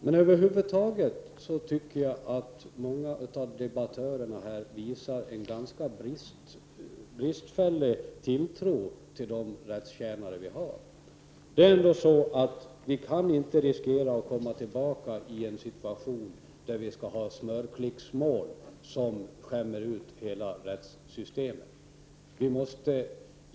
Många av debattörerna här visade över huvud taget en ganska bristfällig tilltro till de rättstjänare som vi har. Vi kan inte riskera att komma tillbaka till en situation där vi skall handlägga smörklicksmål, vilka skämmer ut hela rättssystemet.